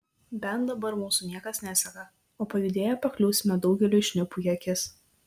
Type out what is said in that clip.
bent dabar mūsų niekas neseka o pajudėję pakliūsime daugeliui šnipų į akis